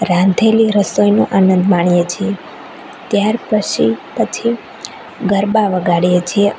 રાંધેલી રસોઈનો આનંદ માણીએ છીએ ત્યાર પછી પછી ગરબા વગાડીએ છીએ